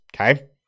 Okay